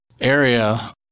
area